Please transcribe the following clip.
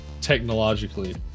technologically